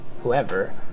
whoever